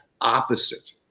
opposite